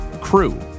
Crew